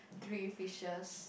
three fishes